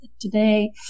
today